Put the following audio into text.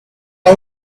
how